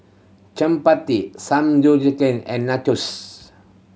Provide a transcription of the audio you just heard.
Chapati and Nachos